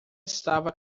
estava